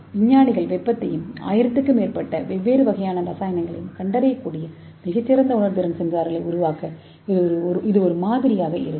விஞ்ஞானிகள் வெப்பத்தையும் 1000 க்கும் மேற்பட்ட வெவ்வேறு வகையான ரசாயனங்களையும் கண்டறியக்கூடிய மிகச் சிறந்த உணர்திறன் சென்சார்களை உருவாக்க இது ஒரு மாதிரியாக இருக்கும்